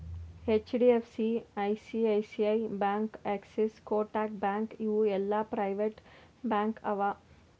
HDFC, ICICI bank, Axis, Kotak bank ಇವು ಎಲ್ಲಾ private bank ಅವಾ